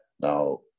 Now